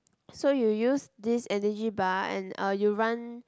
so you use this energy bar and uh you run